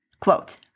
Quote